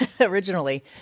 originally